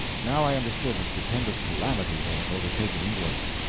now i understood the stupendous calamity that had overtaken england.